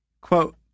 Quote